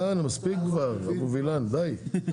מספיק כבר אבו וילן, די.